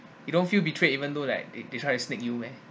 you don't feel betrayed even though like they they try to snake you meh